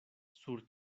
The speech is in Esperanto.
sur